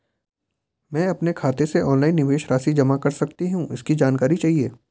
मैं अपने खाते से ऑनलाइन निवेश राशि जमा कर सकती हूँ इसकी जानकारी चाहिए?